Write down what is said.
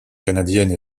canadienne